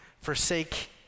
forsake